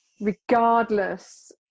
regardless